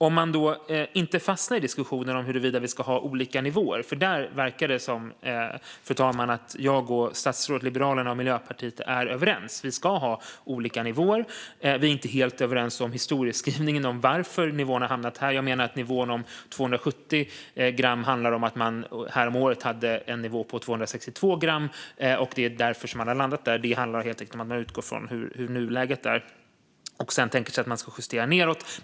Vi ska inte fastna i diskussionen om huruvida vi ska ha olika nivåer, för det verkar, fru talman, som att jag, statsrådet, Liberalerna och Miljöpartiet är överens om att vi ska ha olika nivåer. Vi är inte helt överens om historieskrivningen om varför nivåerna har hamnat här. Jag menar att nivån 270 gram handlar om att man häromåret hade en nivå på 262 gram och att det är därför som man har landat där. Det handlar helt enkelt om att man har utgått från nuläget och sedan tänker sig att man ska justera nedåt.